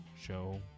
show